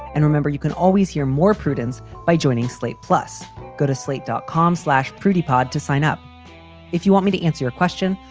and remember, you can always hear more prudence by joining slate. plus go to slate dot com slash pretty pod to sign up if you want me to answer your question.